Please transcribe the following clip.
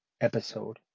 episode